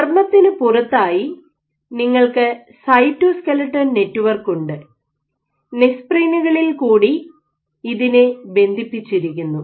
മർമ്മത്തിനു പുറത്തായി നിങ്ങൾക്ക് cytoskeleton network ഉണ്ട് നെസ്പ്രിനുകളിൽ കൂടി ഇതിനെ ബന്ധിപ്പിച്ചിരിക്കുന്നു